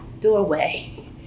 doorway